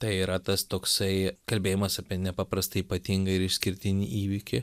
tai yra tas toksai kalbėjimas apie nepaprastai ypatingą ir išskirtinį įvykį